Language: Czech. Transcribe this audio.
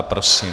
Prosím.